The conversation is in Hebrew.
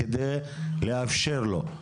כדי לאפשר לו,